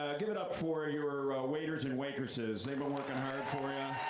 give it up for your waiters and waitresses, they've been working hard for you.